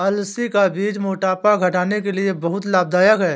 अलसी का बीज मोटापा घटाने के लिए बहुत लाभदायक है